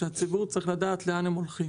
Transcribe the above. הציבור צריך לדעת לאן הם הולכים.